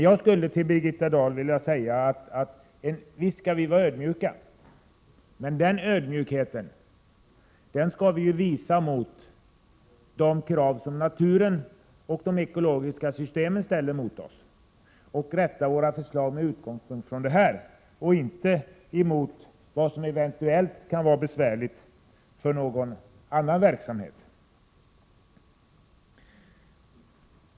Jag skulle vilja säga till Birgitta Dahl: Visst skall vi vara ödmjuka, men den ödmjukheten skall vi visa mot de krav som naturen och de ekologiska systemen ställer på oss och inrätta våra förslag med utgångspunkt från detta, inte från vad som eventuellt kan vara besvärligt för någon annan verksamhet.